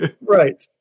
Right